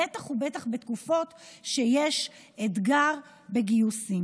בטח ובטח בתקופות שיש אתגר בגיוסים,